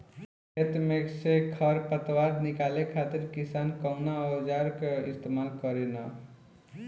खेत में से खर पतवार निकाले खातिर किसान कउना औजार क इस्तेमाल करे न?